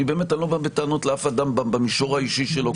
אני באמת לא בא בטענות לאף אדם במישור האישי שלו.